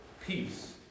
peace